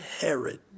Herod